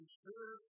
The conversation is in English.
sure